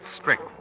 strength